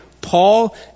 Paul